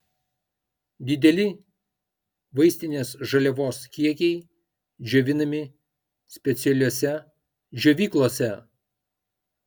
dideli vaistinės žaliavos kiekiai džiovinami specialiose džiovyklose